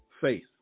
Faith